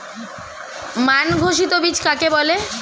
মান ঘোষিত বীজ কাকে বলে?